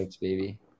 baby